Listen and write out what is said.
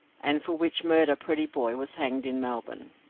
and for which murder prettyboy was hanged in melbourne